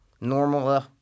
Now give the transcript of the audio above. normal